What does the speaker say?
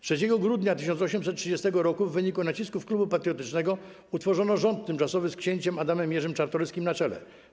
3 grudnia 1830 r. w wyniku nacisków Klubu Patriotycznego utworzono Rząd Tymczasowy z księciem Adamem Jerzym Czartoryskim na czele.